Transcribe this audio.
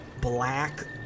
black